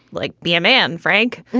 like b m. and frank.